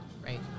right